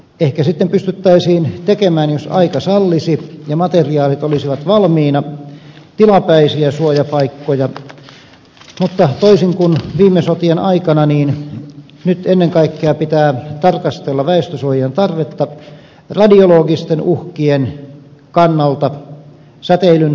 ehkä sitten pystyttäisiin tekemään jos aika sallisi ja materiaalit olisivat valmiina tilapäisiä suojapaikkoja mutta toisin kuin viime sotien aikana nyt ennen kaikkea pitää tarkastella väestönsuojan tarvetta radiologisten uhkien kannalta säteilyn laskeuman kannalta